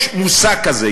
יש מושג כזה.